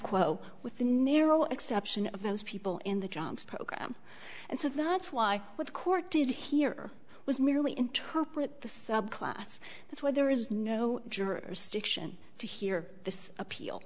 quo with the narrow exception of those people in the jobs program and so that's why what the court did here was merely interpret the subclass that's why there is no jurisdiction to hear this appeal